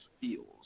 feels